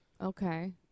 Okay